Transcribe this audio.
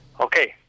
Okay